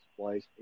place